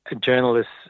journalists